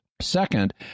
Second